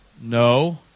No